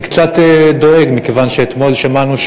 אני קצת דואג, מכיוון שאתמול שמענו,